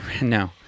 No